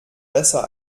besser